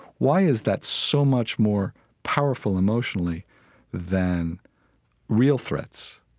why is that so much more powerful emotionally than real threats?